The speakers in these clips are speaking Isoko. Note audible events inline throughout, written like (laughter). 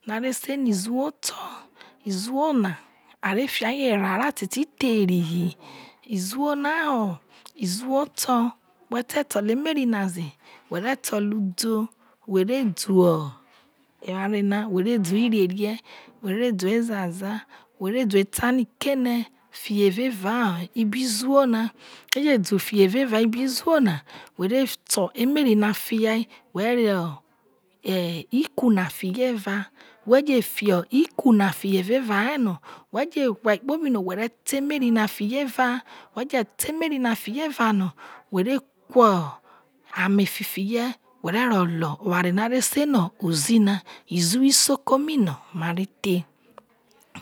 (unintelligible) no are se no iziwo oto are fia ho era re a te ti ther i hi iziwo na ho iziwo oto whe te to lo emiri na ze where to udo where duo eware na were duo irerie were duo ezaza were duo etani ke ne fio eve vao ibizi wo na we je du fio evevao ubiziwo na were to emeri ne fia we re ro iku na fi ye eva we je fi iku na fio eva ye no we je wai kpobi no we re to emeri na fiye eva no were kao ame fifi ye were ro lo oware no are se se no ozi na iziwo isoko mi no ma re thie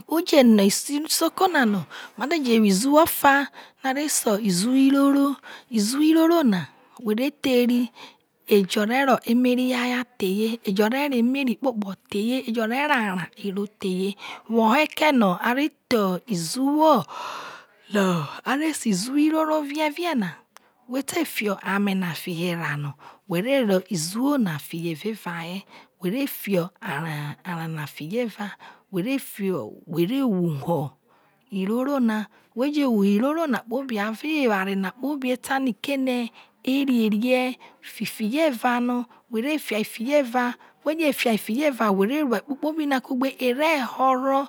uje no iziwo isoko na no ma ti je wo iziwo ofano ase no iziwo iroro iziwo croro na whe re the ri ejo re ro emeri yaya ro the ye eyo re ro emeri kpo kpo the ye ejo ro aro the ye woh ekeno tho iziwo no are sei ziwo iroro vie vie na whe te fi ame na fio erano we ve ro iziwo na fi ho eva ye were fio ara na fi ye era where hu o iroro na weje uwo iroro na kpobi no atanikene ererie fifiye eva no whe re fia fiye eva were una kpokpobi n kugbe ere horo